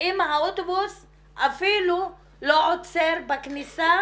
אם האוטובוס אפילו לא עוצר בכניסה